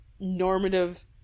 normative